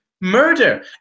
murder